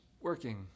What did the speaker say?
working